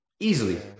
Easily